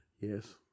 Yes